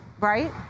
right